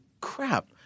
crap